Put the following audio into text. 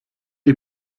die